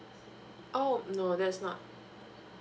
oh no that's not